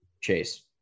chase